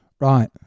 Right